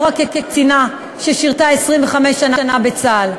לא רק כקצינה ששירתה 25 שנה בצה"ל,